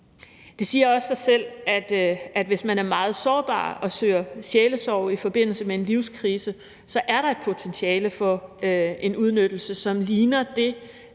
Det siger også sig selv, at hvis man er meget sårbar og søger sjælesorg i forbindelse med en livskrise, er der et potentiale for en udnyttelse, for situationen